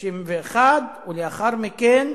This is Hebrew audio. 61, ולאחר מכן